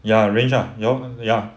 ya range ah your ya